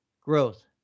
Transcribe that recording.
Growth